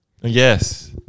Yes